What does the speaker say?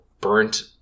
burnt